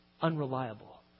unreliable